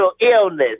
illness